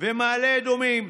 ומעלה אדומים,